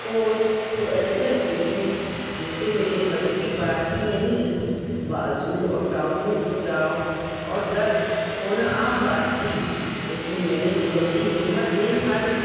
pose تو ایسے لگتے تھے جیسے میرے بس کی بات ہی نہیں بازو اور ٹانگوں میں کھنچاؤ اور درد ہونا عام بات تھی لیکن میں نے جلدی ہمت نہیں ہاری